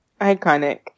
Iconic